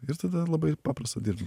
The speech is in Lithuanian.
ir tada labai paprasta dirbt